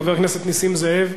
חבר הכנסת נסים זאב,